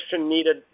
needed